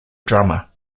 drummer